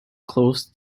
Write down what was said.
close